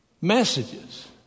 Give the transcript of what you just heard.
messages